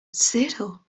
zero